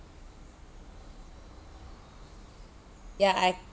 ya I